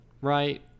Right